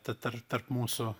tad ar tarp mūsų